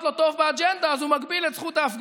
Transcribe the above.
לו טוב באג'נדה אז הוא מגביל את זכות ההפגנה,